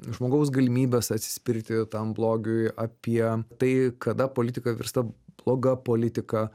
žmogaus galimybes atsispirti tam blogiui apie tai kada politika virsta bloga politika